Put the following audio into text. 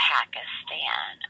Pakistan